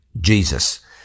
Jesus